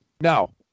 now